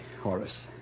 Horace